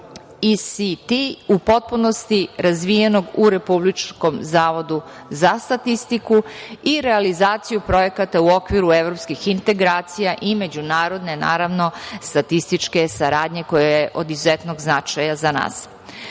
ECT u potpunosti razvijenog u Republičkom zavodu za statistiku i realizaciju projekata u okviru evropskih integracija i međunarodne statističke saradnje koja je od izuzetnog značaja za